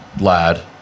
Lad